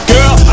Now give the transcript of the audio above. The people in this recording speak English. Girl